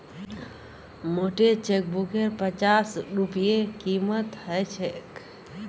मोटे चेकबुकेर पच्चास रूपए कीमत ह छेक